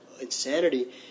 Insanity